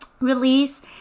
Release